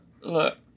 look